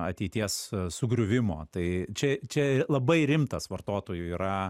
ateities sugriuvimo tai čia čia labai rimtas vartotojų yra